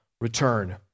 return